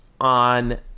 on